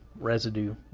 residue